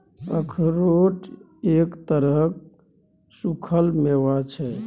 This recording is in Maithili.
अखरोट एक तरहक सूक्खल मेवा छै